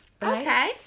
Okay